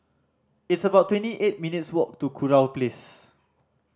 it's about twenty eight minutes' walk to Kurau Place